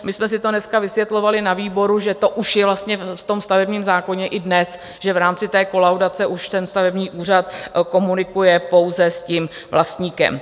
My jsme si to dneska vysvětlovali na výboru, že to už je vlastně v stavebním zákoně i dnes, že v rámci kolaudace už stavební úřad komunikuje pouze s vlastníkem.